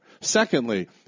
Secondly